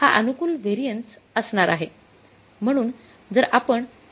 हा अनुकूल व्हेरिएन्स असणार आहे